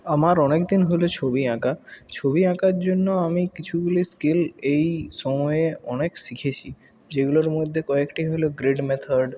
আমার অনেক দিন হল ছবি আঁকা ছবি আঁকার জন্য আমি কিছুগুলি স্কিল এই সময়ে অনেক শিখেছি যেগুলোর মধ্যে কয়েকটি হল গ্রেড মেথড